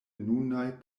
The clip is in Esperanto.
nunaj